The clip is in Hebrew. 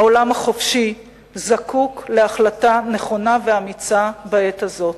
העולם החופשי זקוק להחלטה נכונה ואמיצה בעת הזאת.